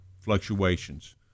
fluctuations